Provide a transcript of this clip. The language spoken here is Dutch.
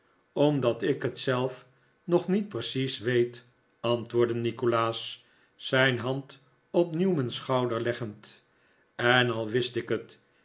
omdat ik het zelf nog niet precies weet antwoordde nikolaas zijn hand op newman's schouder leggend en al wist ik het